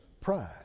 pride